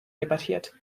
debattiert